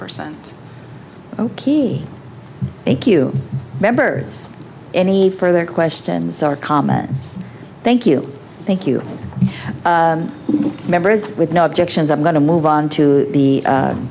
percent key thank you remember any further questions or comments thank you thank you members with no objections i'm going to move on to the